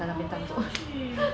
!huh! 我也要去